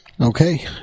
Okay